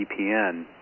vpn